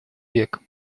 век